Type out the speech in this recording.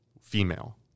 female